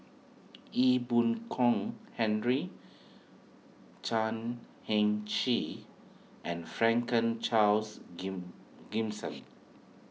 Ee Boon Kong Henry Chan Heng Chee and Franklin Charles Gimson